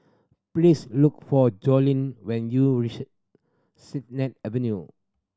please look for Joellen when you reach Sennett Avenue